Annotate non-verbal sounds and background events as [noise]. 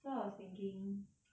so I was thinking [noise]